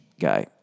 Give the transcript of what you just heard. guy